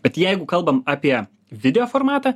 bet jeigu kalbam apie video formatą